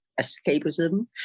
escapism